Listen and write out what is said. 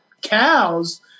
cows